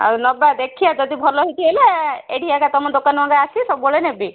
ହଉ ନେବା ଦେଖିଆ ଯଦି ଭଲ ହେଇଛି ହେଲେ ଏଠି ଏକା ତମ ଦୋକାନରେ ଆସି ସବୁବେଳେ ନେବି